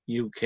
UK